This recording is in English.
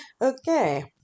Okay